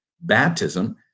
baptism